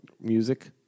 music